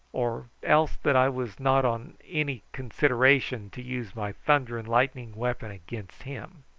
or else that i was not on any consideration to use my thunder-and-lightning weapon against him.